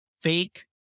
fake